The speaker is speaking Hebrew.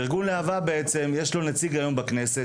לארגון להב"ה יש נציג בכנסת,